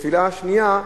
תפילה שנייה,